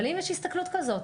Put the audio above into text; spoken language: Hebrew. אבל האם יש הסתכלות כזאת?